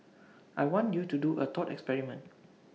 I want you to do A thought experiment